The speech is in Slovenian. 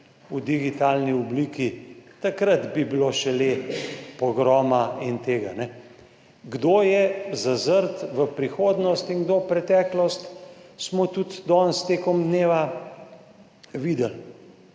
v digitalni obliki. Takrat bi bilo šele pogroma in tega, kajne. Kdo je zazrt v prihodnost in kdo v preteklost, smo tudi danes tekom dneva videli.